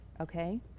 Okay